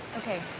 ok,